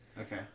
Okay